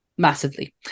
massively